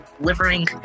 delivering